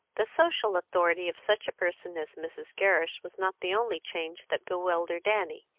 the social authority of such a person as mrs. gerrish was not the only change that bewildered annie,